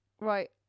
Right